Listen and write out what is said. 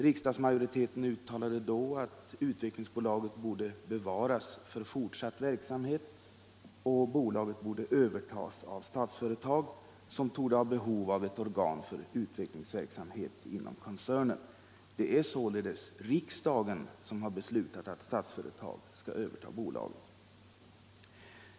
Riksdagsmajoriteten uttalade då att Utvecklingsakticbolaget borde bevaras för fortsatt verksamhet och att bolaget borde övertas av Statsföretag, som torde ha behov av ett organ för utvecklingsverksamhet inom koncernen. Det är således riksdagen som har beslutat att Statsföretag skall överta bolaget.